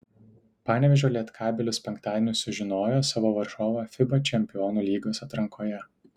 panevėžio lietkabelis penktadienį sužinojo savo varžovą fiba čempionų lygos atrankoje